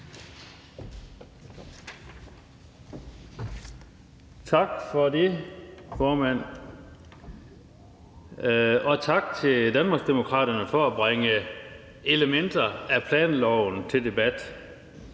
Tak for det, formand. Og tak til Danmarksdemokraterne for at bringe elementer af planloven til debat.